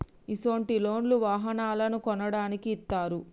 ఇసొంటి లోన్లు వాహనాలను కొనడానికి ఇత్తారు